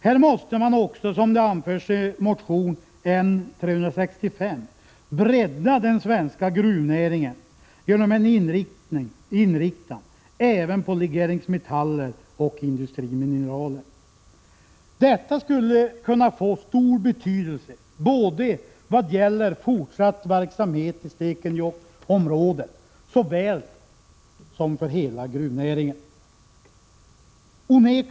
Här måste man också, som det anförs i motion N365, bredda den svenska gruvnäringen genom en inriktning även på legeringsmetaller och industrimineraler. Detta skulle kunna få stor betydelse såväl vad gäller fortsatt verksamhet i Stekenjokksområdet som för hela gruvnäringen.